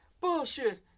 Bullshit